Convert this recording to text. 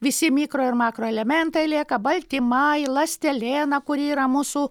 visi mikro ir makroelementai lieka baltymai ląsteliena kuri yra mūsų